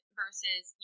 versus